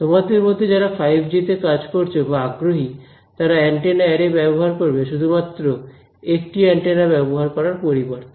তোমাদের মধ্যে যারা ফাইভজি তে কাজ করছ বা আগ্রহী তারা অ্যান্টেনা অ্যারে ব্যবহার করবে শুধুমাত্র একটি অ্যান্টেনা ব্যবহার করার পরিবর্তে